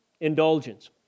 indulgence